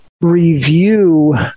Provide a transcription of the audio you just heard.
review